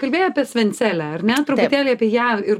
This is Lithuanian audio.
kalbėjai apie svencelę ar ne truputėlį apie ją ir